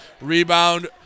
Rebound